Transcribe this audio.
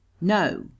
No